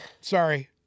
Sorry